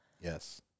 Yes